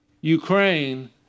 Ukraine